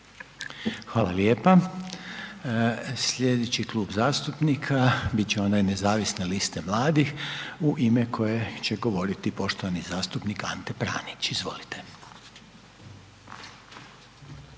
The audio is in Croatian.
Hvala lijepa. Slijedeći Klub zastupnika bit će onaj nezavisne liste mladih u ime kojeg će govorit poštovani zastupnik Ante Pranić, izvolite.